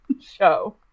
show